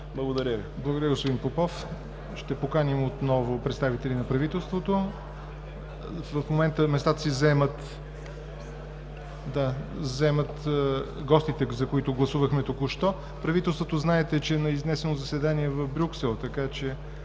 ЯВОР НОТЕВ: Благодаря, господин Попов. Ще поканим отново представители на правителството. В момента местата си заемат гостите, за които гласувахме току-що. Правителството, знаете, че е на изнесено заседание в Брюксел, така че